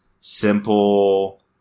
simple